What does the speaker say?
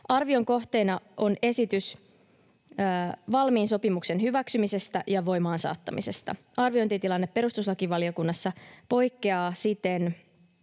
Arvion kohteena on esitys valmiin sopimuksen hyväksymisestä ja voimaan saattamisesta. Arviointitilanne perustuslakivaliokunnassa poikkeaa siten